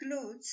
clothes